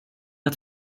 att